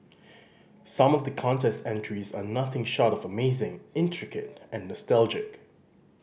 some of the contest entries are nothing short of amazing intricate and nostalgic